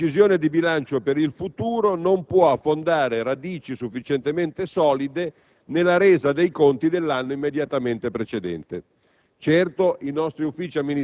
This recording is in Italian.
Soprattutto, la decisione di bilancio per il futuro non può affondare radici sufficientemente solide nella resa dei conti dell'anno immediatamente precedente.